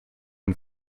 and